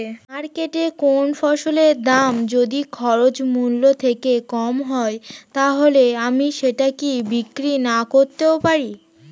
মার্কেটৈ কোন ফসলের দাম যদি খরচ মূল্য থেকে কম হয় তাহলে আমি সেটা কি বিক্রি নাকরতেও পারি?